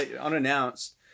unannounced